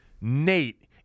Nate